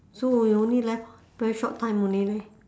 so we only left very short time only leh